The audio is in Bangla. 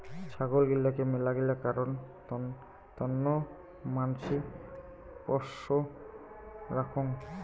ছাগল গিলাকে মেলাগিলা কারণ তন্ন মানসি পোষ্য রাখঙ